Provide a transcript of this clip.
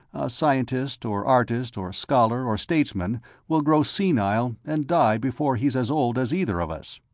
a scientist or artist or scholar or statesman will grow senile and die before he's as old as either of us.